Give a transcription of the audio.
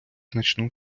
значну